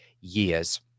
years